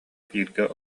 бииргэ